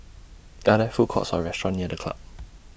Are There Food Courts Or restaurants near The Club